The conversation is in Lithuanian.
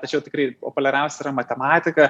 tačiau tikrai populiariausia yra matematika